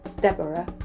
deborah